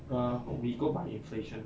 err we go by inflation